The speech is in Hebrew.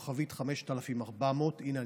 5400*. הינה,